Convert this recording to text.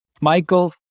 Michael